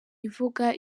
ivuga